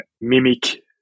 mimic